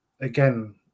again